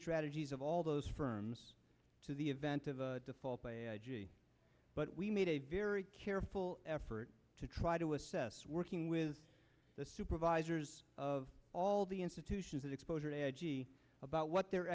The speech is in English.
strategies of all those firms to the event of a default but we made a very careful effort to try to assess working with the supervisors of all the institutions that exposure adji about what their